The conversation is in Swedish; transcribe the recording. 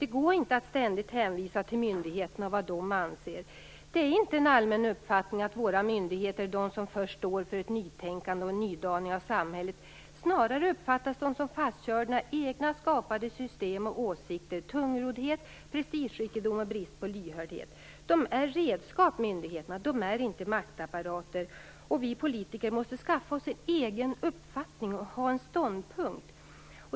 Det går inte att ständigt hänvisa till myndigheterna och vad de anser. Det är inte en allmän uppfattning att våra myndigheter är de som i första hand står för nytänkande och för en nydaning av samhället. Snarare uppfattas de som fastkörda i egna, skapade system och åsikter, tungroddhet, prestigerikedom och brist på lyhördhet. Myndigheterna är redskap. De är inte maktapparater. Vi politiker måste skaffa oss en egen uppfattning och ha en ståndpunkt.